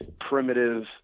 primitive